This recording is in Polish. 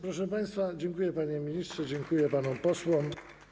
Proszę państwa, dziękuję, panie ministrze, dziękuję panom posłom.